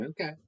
Okay